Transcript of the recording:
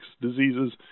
diseases